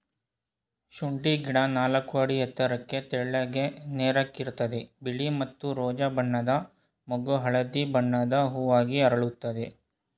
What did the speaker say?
ಶುಂಠಿ ಗಿಡ ನಾಲ್ಕು ಅಡಿ ಎತ್ತರಕ್ಕೆ ತೆಳ್ಳಗೆ ನೇರಕ್ಕಿರ್ತದೆ ಬಿಳಿ ಮತ್ತು ರೋಜಾ ಬಣ್ಣದ ಮೊಗ್ಗು ಹಳದಿ ಬಣ್ಣದ ಹೂವಾಗಿ ಅರಳುತ್ತದೆ